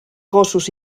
gossos